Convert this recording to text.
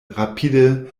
rapide